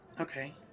Okay